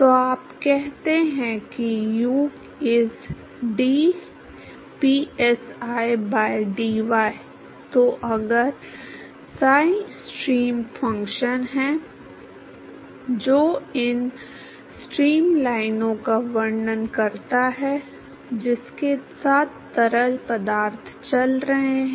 तो आप कहते हैं कि u is dpsi by dy तो अगर साई स्ट्रीम फ़ंक्शन है जो इन स्ट्रीम लाइनों का वर्णन करता है जिसके साथ तरल पदार्थ चल रहे हैं